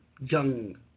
young